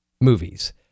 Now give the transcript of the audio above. movies